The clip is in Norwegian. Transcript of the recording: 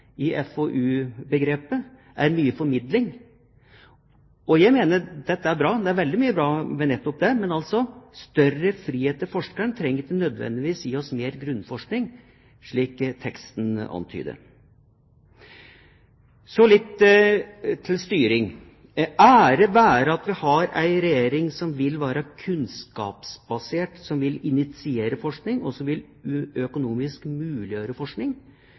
i FoU-begrepet, er mye formidling. Jeg mener dette er bra, det er veldig mye bra med nettopp det. Større frihet til forskeren trenger altså ikke nødvendigvis gi oss mer grunnforskning, slik teksten antyder. Så litt til styring. Ære være at vi har en regjering som vil være kunnskapsbasert, som vil initiere forskning, og som vil økonomisk muliggjøre forskning,